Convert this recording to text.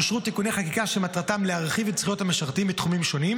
אושרו תיקוני חקיקה שמטרתם להרחיב את זכויות המשרתים בתחומים שונים,